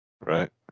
Right